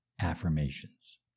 affirmations